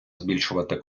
збільшувати